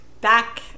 back